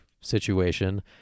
situation